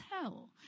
tell